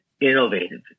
Innovative